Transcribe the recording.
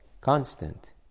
Constant